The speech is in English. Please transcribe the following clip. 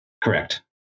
Correct